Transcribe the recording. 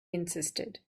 insisted